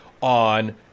on